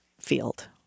field